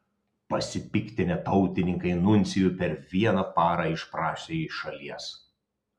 pasipiktinę tautininkai nuncijų per vieną parą išprašė iš šalies